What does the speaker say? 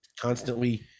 constantly